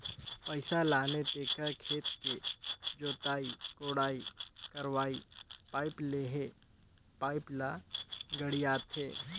पइसा लाने तेखर खेत के जोताई कोड़ाई करवायें पाइप लेहे पाइप ल गड़ियाथे